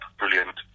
brilliant